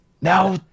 Now